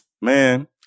Man